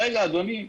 רגע, אדוני.